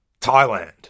Thailand